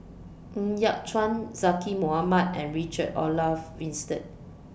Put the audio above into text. Yat Chuan Zaqy Mohamad and Richard Olaf Winstedt